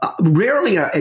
rarely